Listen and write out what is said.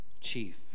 chief